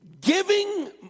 giving